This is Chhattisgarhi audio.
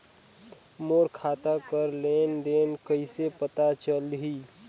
मोर खाता कर लेन देन कइसे पता चलही?